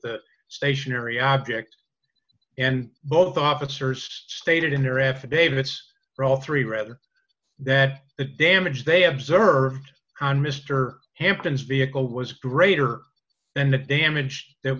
a stationary object and both officers stated in their affidavits for all three rather that the damage they observed on mr hampton's vehicle was greater than the damage that